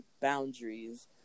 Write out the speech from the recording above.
boundaries